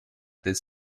this